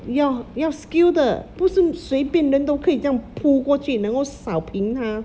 要要 skill 的不是随便人都可以这样铺过去能够扫平它